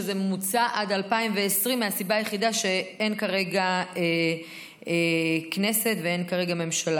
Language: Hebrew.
מוצע עד 2020 מהסיבה היחידה שאין כרגע כנסת ואין כרגע ממשלה.